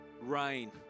rain